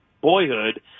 boyhood